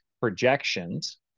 projections